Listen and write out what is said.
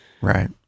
Right